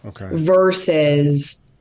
versus